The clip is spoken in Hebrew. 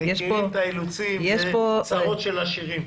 אנחנו מכירים את האילוצים, צרות של עשירים.